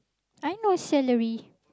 I no salary